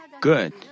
good